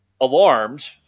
alarmed